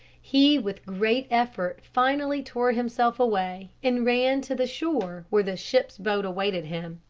he with great effort finally tore himself away and ran to the shore where the ship's boat awaited him.